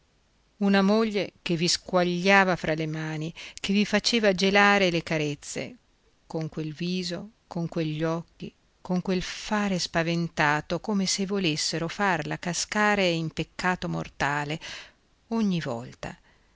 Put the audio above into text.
una moglie che vi squagliava fra le mani che vi faceva gelare le carezze con quel viso con quegli occhi con quel fare spaventato come se volessero farla cascare in peccato mortale ogni volta